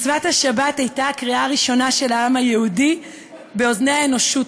מצוות השבת הייתה הקריאה הראשונה של העם היהודי באוזני האנושות